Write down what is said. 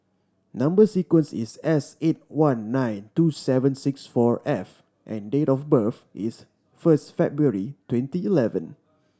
number sequence is S eight one nine two seven six four F and date of birth is first February twenty eleven